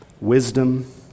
wisdom